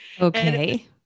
Okay